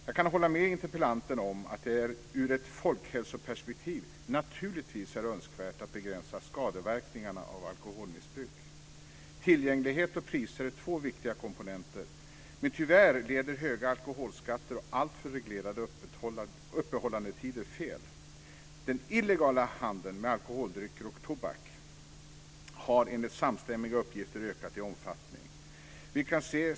Jag kan hålla med interpellanten om att det ur ett folkhälsoperspektiv naturligtvis är önskvärt att begränsa skadeverkningarna av alkoholmissbruk. Tillgänglighet och priser är två viktiga komponenter. Men tyvärr leder höga alkoholskatter och alltför reglerade öppethållandetider fel. Den illegala handeln med alkoholdrycker och tobak har enligt samstämmiga uppgifter ökat i omfattning.